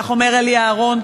כך אומר אלי אהרון,